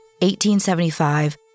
1875